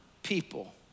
people